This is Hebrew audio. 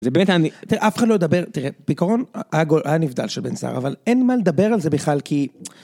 זה באמת אני, תראה אף אחד לא דבר, תראה, בעקרון, היה נבדל של בן שהר אבל אין מה לדבר על זה בכלל כי...